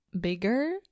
bigger